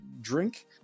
drink